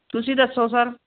ਤੁਸੀਂ ਦੱਸੋ ਸਰ